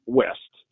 west